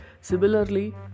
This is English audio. Similarly